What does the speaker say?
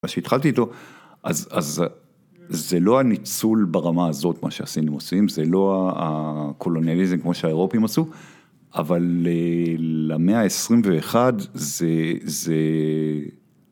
מה שהתחלתי איתו, אז זה לא הניצול ברמה הזאת מה שהסינים עושים, זה לא הקולונליזם כמו שהאירופים עשו, אבל למאה ה-21 זה